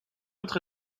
autre